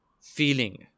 feeling